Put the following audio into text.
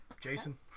Jason